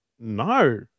No